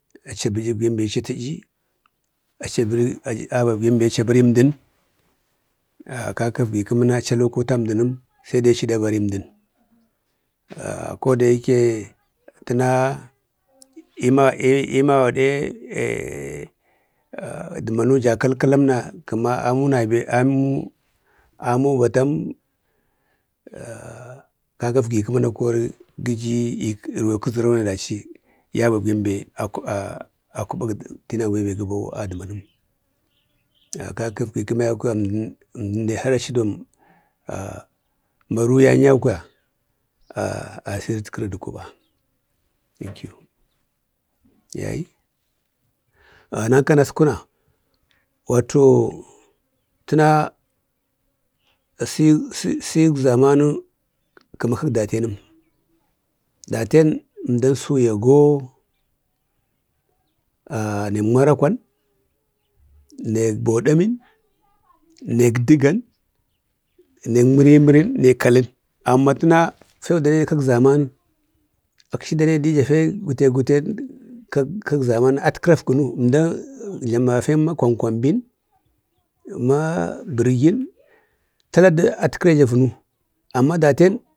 Achi abə'yək bembe achi ata'yi achi abak bembe achi abəri əmdən. Kaka afgi kəma achi a loko tam dəməm, saida achi de bari əmdən. Ah koda yade tənaunau gaɗe dəmanu ja kalkalamna, kəma amu nabe amunu, amu batam, kaka əgri kəmana kori gəji i kəzəreuna dachi yabak bembe yakuɓa, a kuɓak tenau bembe gəbama dəmanu. Kaka əgri kəma yau na əmdən bembe achi maruyan yau kwaya, asiritkəri də kuɓa. Dan naskuna, wato təna səyik zamanən, səyik zamanu kəma kak datenəm. Duten əmdan suyago dek marakwan, nek boɗamən, nek dəgan, nek mərimərin de kalən. Amma təna fau dane kak zamanən, akchi dane dija fen gute guten, kak zamaru at kərale vəmi jlamaga fen ma kwan- kwanbin, ma birgin, tala atkəreja vənu, Amma daten.